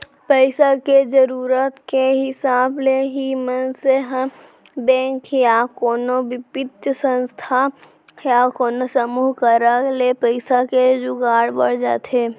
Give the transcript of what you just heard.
पइसा के जरुरत के हिसाब ले ही मनसे ह बेंक या कोनो बित्तीय संस्था या कोनो समूह करा ले पइसा के जुगाड़ बर जाथे